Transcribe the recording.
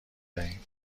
دهیم